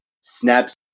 Snaps